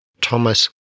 Thomas